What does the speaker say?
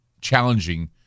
challenging